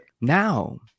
now